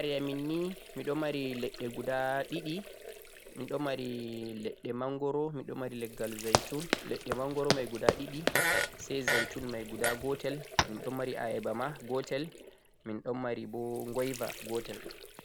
Haa saree aminnii minɗon mari leɗɗe guda nai, wodi leggal Mangoro, Zaitun, Ayaba be Ngoiba.